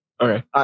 Okay